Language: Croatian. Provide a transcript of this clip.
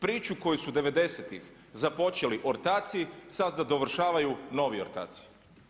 Priču koju su '90.-tih započeli ortaci sada dovršavaju novi ortaci.